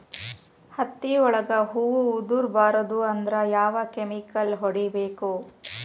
ಹತ್ತಿ ಒಳಗ ಹೂವು ಉದುರ್ ಬಾರದು ಅಂದ್ರ ಯಾವ ಕೆಮಿಕಲ್ ಹೊಡಿಬೇಕು?